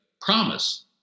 promise